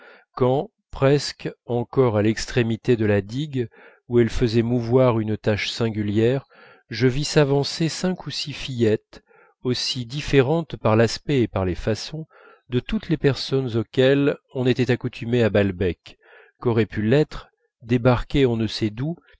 quand presque encore à l'extrémité de la digue où elles faisaient mouvoir une tache singulière je vis s'avancer cinq ou six fillettes aussi différentes par l'aspect et par les façons de toutes les personnes auxquelles on était accoutumé à balbec qu'aurait pu l'être débarquée on ne sait d'où